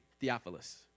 Theophilus